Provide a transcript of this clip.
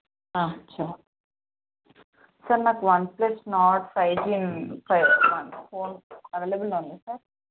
అచ్చ సార్ నాకు OnePlus Nord five G plus phone అవైలబుల్లో ఉందా సార్